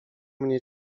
mnie